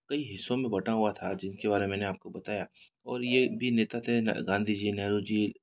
कई हिस्सों में बटा हुआ था जिनके बारे में मैंने आपको बताया और ये भी नेता थे गांधी जी नेहरु जी